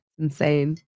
Insane